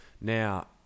Now